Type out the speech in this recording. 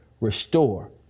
restore